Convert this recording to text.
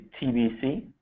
TBC